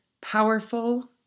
powerful